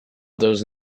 those